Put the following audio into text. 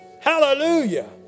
Hallelujah